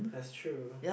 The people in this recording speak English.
that's true